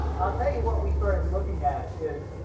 i'll tell you what we started looking at is,